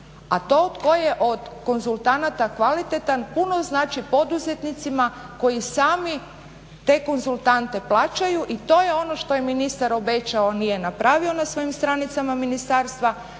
A to tko je od konzultanata kvalitetan puno znači poduzetnicima koji sami te konzultante plaćaju i to je ono što je ministar obećao, a nije napravio na svojim stranicama ministarstva,